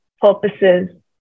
purposes